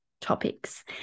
topics